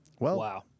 Wow